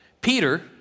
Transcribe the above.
Peter